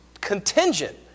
contingent